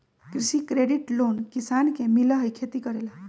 कृषि credit loan किसान के मिलहई खेती करेला?